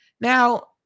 Now